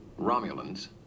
Romulans